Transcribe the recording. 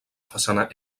façana